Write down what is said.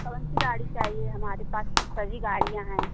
कौन सी गाड़ी चाहिए हमारे पास तो सभी गाड़ियाँ हैं